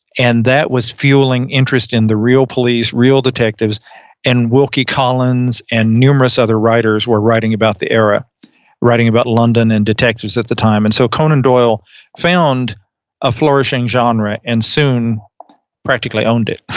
and that was fueling interest in the real police, real detectives and wilkie collins and numerous other writers were writing about the era writing about london and detectives at the time. and so conan doyle found a flourishing genre and soon practically owned it.